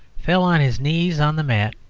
fell on his knees on the mat,